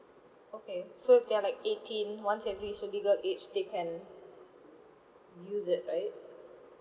okay so if they're like eighteen once they reach the legal age they can use it right